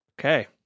okay